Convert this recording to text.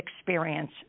experience